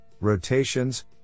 rotations